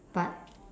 but